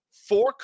four